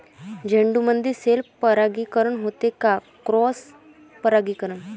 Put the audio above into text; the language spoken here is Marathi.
झेंडूमंदी सेल्फ परागीकरन होते का क्रॉस परागीकरन?